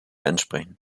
ansprechen